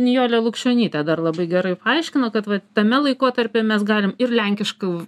nijole lukšionytė dar labai gerai paaiškino kad va tame laikotarpy mes galim ir lenkiškų